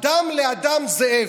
אדם לאדם זאב.